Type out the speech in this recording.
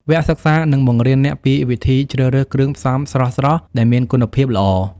វគ្គសិក្សានឹងបង្រៀនអ្នកពីវិធីជ្រើសរើសគ្រឿងផ្សំស្រស់ៗដែលមានគុណភាពល្អ។